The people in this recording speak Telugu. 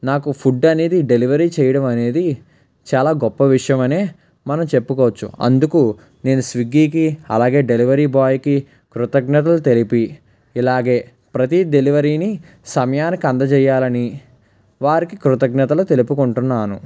నాకు ఫుడ్ అనేది డెలివరీ చేయడం అనేది చాలా గొప్ప విషయమనే మనం చెప్పుకోవచ్చు అందుకు నేను స్విగ్గికి అలాగే డెలివరీ బాయ్కి కృతజ్ఞతలు తెలిపి ఇలాగే ప్రతి డెలివరీని సమయానికి అందజేయాలని వారికి కృతజ్ఞతలు తెలుపుకుంటున్నాను